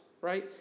right